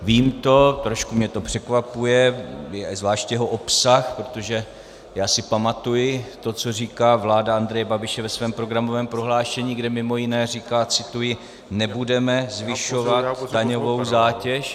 Vím to, trošku mě to překvapuje, zvlášť jeho obsah, protože já si pamatuji to, co říká vláda Andreje Babiše ve svém programovém prohlášení, kde mimo jiné říká cituji: Nebudeme zvyšovat daňovou zátěž.